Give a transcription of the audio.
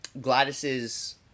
Gladys's